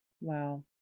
Wow